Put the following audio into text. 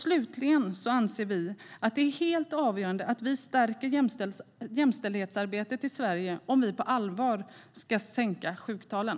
Slutligen anser vi att det är helt avgörande att vi stärker jämställhetsarbetet i Sverige om vi på allvar ska sänka sjuktalen.